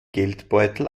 geldbeutel